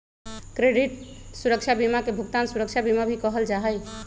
credit सुरक्षा बीमा के भुगतान सुरक्षा बीमा भी कहल जा हई